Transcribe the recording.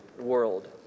world